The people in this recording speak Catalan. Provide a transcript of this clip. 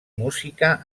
música